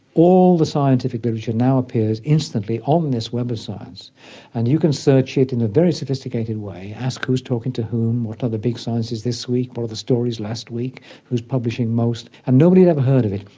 all the scientific literature now appears instantly on um this web of science and you can search it in a very sophisticated way, ask who is talking to whom, what are the big sciences this week, but what the stories last week, who is publishing most? and nobody had ever heard of it.